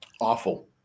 Awful